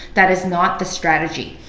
that is not the strategy.